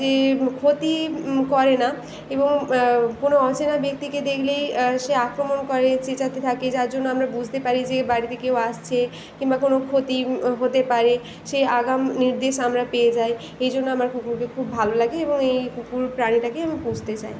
যে ক্ষতি করে না এবং কোনও অচেনা ব্যক্তিকে দেখলেই সে আক্রমণ করে চেঁচাতে থাকে যার জন্য আমরা বুঝতে পারি যে বাড়িতে কেউ আসছে কিংবা কোনও ক্ষতি হতে পারে সেই আগাম নির্দেশ আমরা পেয়ে যাই এইজন্য আমার কুকুরকে খুব ভালো লাগে এবং এই কুকুর প্রাণীটাকেই আমি পুষতে চাই